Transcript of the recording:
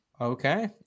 okay